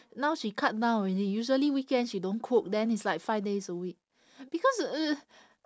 now she cut down already usually weekends she don't cook then it's like five days a week because uh